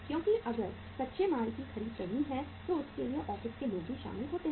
क्योंकि अगर कच्चे माल की खरीद करनी है तो उसके लिए ऑफिस के लोग भी शामिल होते हैं